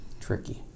Tricky